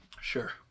sure